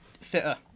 fitter